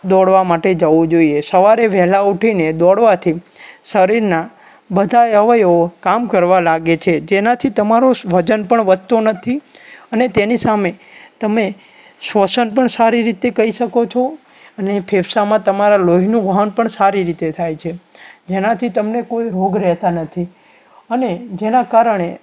દોડવા માટે જવું જોઈએ સવારે વહેલાં ઊઠીને દોડવાથી શરીરનાં બધાએ અવયવો કામ કરવા લાગે છે જેનાથી તમારું વજન પણ વધતું નથી અને તેની સામે તમે શ્વસન પણ સારી રીતે કરી શકો છો અને ફેફસામાં તમારા લોહીનું વહન પણ સારી રીતે થાય છે જેનાથી તમને કોઈ રોગ રહેતા નથી અને જેના કારણે